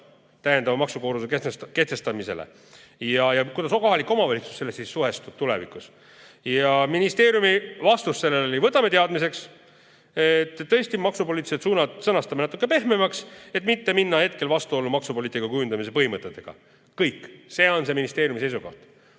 täiendava maksukoormuse kehtestamisele ja kuidas kohalik omavalitsus sellesse siis suhestub tulevikus? Ministeeriumi vastus sellele oli: võtame teadmiseks, et tõesti maksupoliitilised suunad sõnastame natukene pehmemaks, et mitte minna vastuollu maksupoliitika kujundamise põhimõtetega. Kõik, see on see ministeeriumi seisukoht.